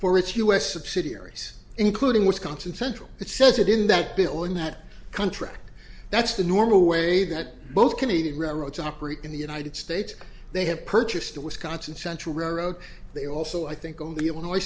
for its u s subsidiaries including wisconsin central it says it in that bill in that contract that's the normal way that both canadian railroads operate in the united states they have purchased the wisconsin central railroad they also i think own the illinois